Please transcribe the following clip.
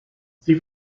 sie